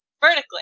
vertically